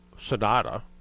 Sonata